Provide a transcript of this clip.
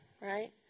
right